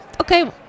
Okay